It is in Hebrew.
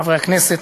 חברי הכנסת,